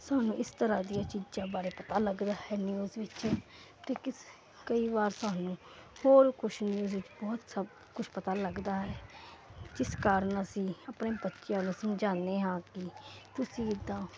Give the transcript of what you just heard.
ਸਾਨੂੰ ਇਸ ਤਰ੍ਹਾਂ ਦੀਆਂ ਚੀਜਾਂ ਬਾਰੇ ਪਤਾ ਲੱਗਦਾ ਹੈ ਨਿਊਜ਼ ਵਿੱਚ ਤੇ ਕਿਸ ਕਈ ਵਾਰ ਸਾਨੂੰ ਹੋਰ ਕੁਝ ਨਿਊਜ਼ ਵਿੱਚ ਪਤਾ ਲੱਗਦਾ ਹੈ ਜਿਸ ਕਾਰਨ ਅਸੀਂ ਆਪਣੇ ਬੱਚਿਆਂ ਨੂੰ ਸਮਝਾਦੇ ਹਾਂ ਕਿ ਤੁਸੀਂ ਇਦਾਂ